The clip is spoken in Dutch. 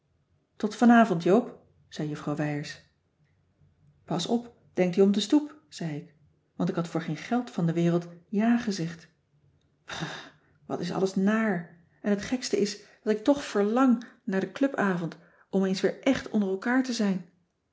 tot vanavond joop zei juffrouw wijers pas op denkt u om de stoep zei ik want ik had voor geen geld van de wereld ja gezegd brr wat is alles naar en t gekste is dat ik toch verlang naar cissy van marxveldt de h b s tijd van joop ter heul den clubavond om eens weer echt onder elkaar te zijn